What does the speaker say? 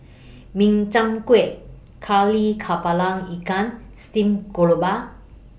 Min Chiang Kueh Kari Kepala Ikan Stream Grouper